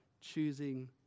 choosing